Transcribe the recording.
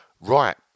Right